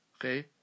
okay